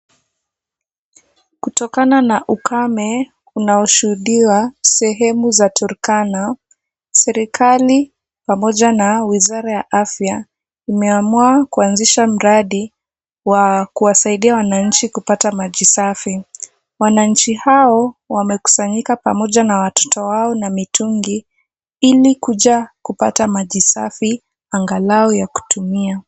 Kutokana na ukame unaoshuhudiwa sehemu za Turkana. Serikali pamoja na wizara ya afya imeamua kuanzisha mradi wa kuwasaidia wananchi kupata maji safi. Wananchi hao wamekusanyika pamoja na watoto wao na mitungi ili kuja kupata maji safi angalau ya kutumia.